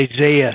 Isaiah